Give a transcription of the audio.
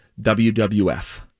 WWF